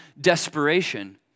desperation